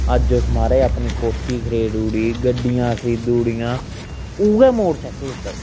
अज्ज ओस महाराज अपनी कोठी खडेरुड़ी गड्डियां खरीदुड़ियां उ'यै मोटरसाइकल उप्पर